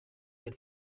del